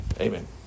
amen